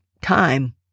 time